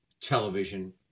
television